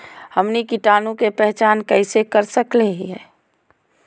हमनी कीटाणु के पहचान कइसे कर सको हीयइ?